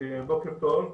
בוקר טוב.